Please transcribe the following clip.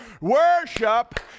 Worship